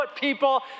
people